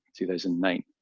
2009